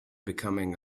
becoming